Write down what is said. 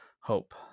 hope